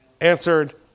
answered